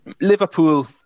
Liverpool